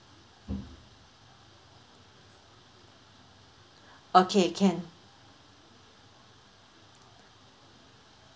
okay can